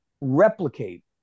replicate